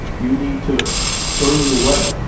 you need to earn your way,